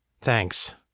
Thanks